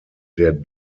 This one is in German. der